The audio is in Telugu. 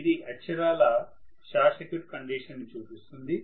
ఇది అక్షరాలా షార్ట్ సర్క్యూట్ కండిషన్ ను చూపిస్తుంది